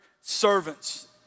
servants